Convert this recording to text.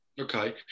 Okay